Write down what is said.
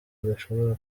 adashobora